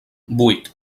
vuit